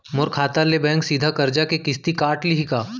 मोर खाता ले बैंक सीधा करजा के किस्ती काट लिही का?